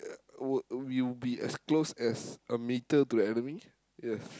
uh were we'll be as close as a metre to the enemy yes